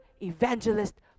evangelist